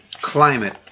climate